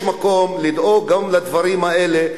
ויש מקום לדאוג גם לדברים האלה,